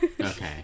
Okay